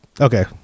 Okay